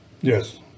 Yes